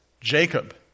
Jacob